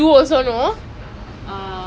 I wanna bring him out ya okay